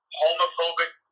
homophobic